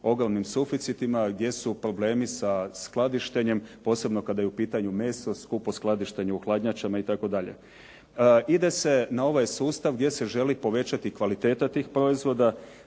ogromnim suficitima gdje su problemi sa skladištenjem, posebno kada je u pitanju meso, skupo skladištenje u hladnjačama itd. Ide se na ovaj sustav gdje se želi povećati kvaliteta tih proizvoda,